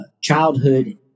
childhood